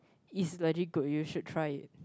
is legit good you should try it